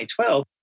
2012